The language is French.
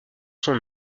son